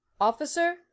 officer